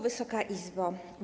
Wysoka Izbo!